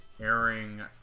airing